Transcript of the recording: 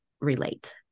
relate